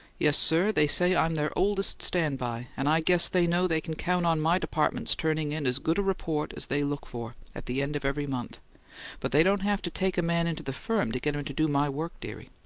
yes, sir they say i'm their oldest stand-by and i guess they know they can count on my department's turning in as good a report as they look for, at the end of every month but they don't have to take a man into the firm to get him to do my work, dearie.